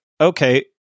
okay